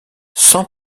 sans